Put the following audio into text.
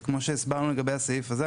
וכמו שהסברנו לגבי הסעיף הזה,